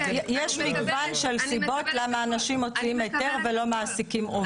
יש מגוון של סיבות למה אנשים מוציאים היתר ולא מעסיקים עובד,